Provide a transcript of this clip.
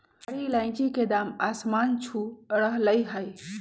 हरी इलायची के दाम आसमान छू रहलय हई